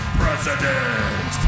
president